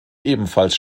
ebenfalls